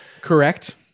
correct